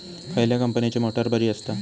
खयल्या कंपनीची मोटार बरी असता?